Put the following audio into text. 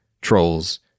Trolls